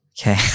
Okay